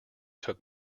took